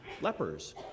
lepers